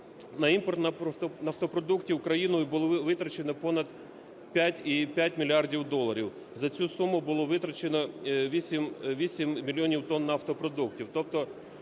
на імпорт нафтопродуктів Україною було витрачено понад 5,5 мільярдів доларів, за цю суму було витрачено 8 мільйонів тонн нафтопродуктів.